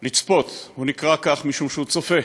לצפות, הוא נקרא כך משום שהוא צופה